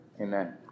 Amen